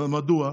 מדוע?